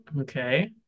Okay